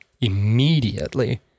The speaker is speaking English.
immediately